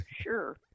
Sure